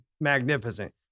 magnificent